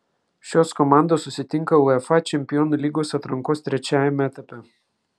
šios komandos susitinka uefa čempionų lygos atrankos trečiajame etape